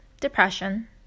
depression